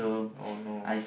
oh no